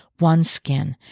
OneSkin